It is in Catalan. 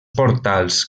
portals